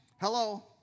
Hello